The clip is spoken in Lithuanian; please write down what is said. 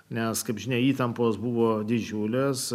nes kaip žinia įtampos buvo didžiulės